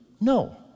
No